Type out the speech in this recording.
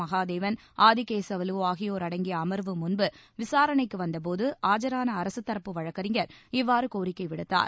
மகாதேவன் ஆதிகேசவலு ஆகியோர் அடங்கிய அமர்வு முன்பு விசாரணைக்கு வந்தபோது ஆஜான அரகதரப்பு வழக்கறிஞர் இவ்வாறு கோரிக்கை விடுத்தார்